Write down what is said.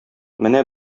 менә